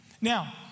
Now